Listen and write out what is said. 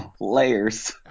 layers